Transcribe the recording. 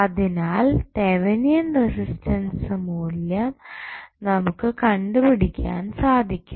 അതിനാൽ Thevenin resistant മൂല്യം നമുക്ക് കണ്ടുപിടിക്കാൻ സാധിക്കും